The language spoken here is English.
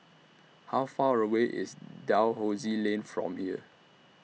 How Far away IS Dalhousie Lane from here